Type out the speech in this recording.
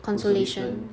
consolation